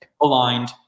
aligned